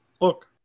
Look